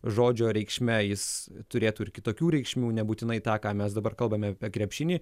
žodžio reikšme jis turėtų ir kitokių reikšmių nebūtinai tą ką mes dabar kalbame apie krepšinį